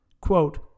Quote